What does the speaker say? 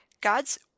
God's